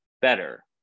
better